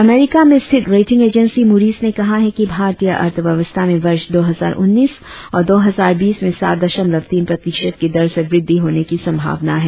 अमरीका में स्थित rating agency Moody's ने कहा है कि भारतीय अर्थव्यवस्था में वर्ष दो हजार उन्नीस और दो हजार बीस में सात दशमलव तीन प्रतिशत की दर से वृद्धि होने की संभावना है